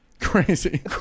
Crazy